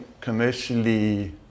commercially